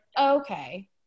okay